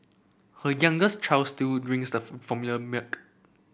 her youngest child still drinks the for formula milk